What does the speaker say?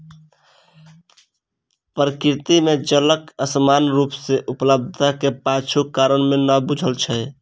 प्रकृति मे जलक असमान रूप सॅ उपलब्धताक पाछूक कारण नै बूझल छै